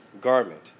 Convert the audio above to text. garment